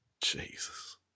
Jesus